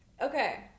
Okay